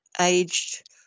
aged